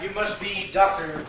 you must be dr